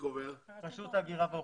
רשות ההגירה והאוכלוסין.